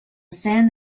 sand